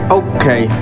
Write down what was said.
okay